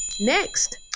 Next